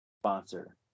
sponsor